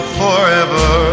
forever